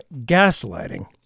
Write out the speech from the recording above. gaslighting